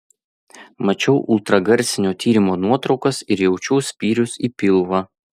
mačiau ultragarsinio tyrimo nuotraukas ir jaučiau spyrius į pilvą